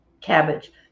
cabbage